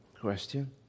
question